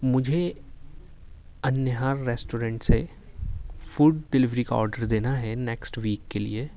مجھے النہار ریسٹورینٹ سے فوڈ ڈلیوری کا آڈر دینا ہے نیکسٹ ویک کے لیے